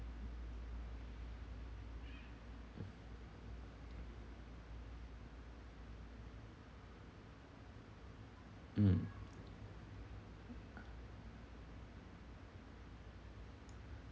mm